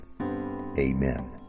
Amen